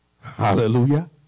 Hallelujah